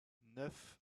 neuf